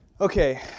Okay